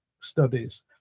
studies